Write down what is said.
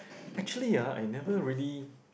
actually ah I never really